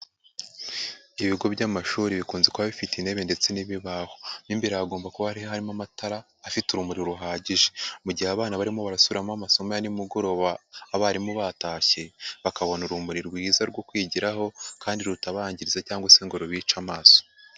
Ibigo by'amashuri bikunze kuba bifite intebe ndetse n'ibibaho, mu imbere hagomba kuba harimo amatara afite urumuri ruhagije, mu gihe abana barimo barasubiramo amasomo ya nimugoroba abarimu batashye, bakabona urumuri rwiza rwo kwigiraho, kandi rutabangiriza cyangwase ngo rubice amaso.